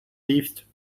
liefst